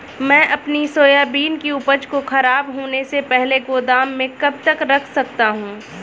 मैं अपनी सोयाबीन की उपज को ख़राब होने से पहले गोदाम में कब तक रख सकता हूँ?